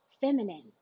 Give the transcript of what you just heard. feminine